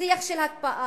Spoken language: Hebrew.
שיח של הקפאה